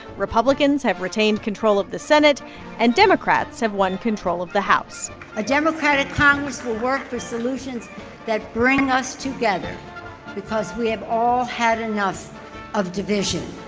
republicans have retained control of the senate senate and democrats have won control of the house a democratic congress will work for solutions that bring us together because we have all had enough of division